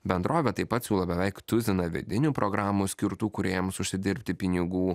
bendrovė taip pat siūlo beveik tuziną vidinių programų skirtų kūrėjams užsidirbti pinigų